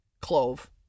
clove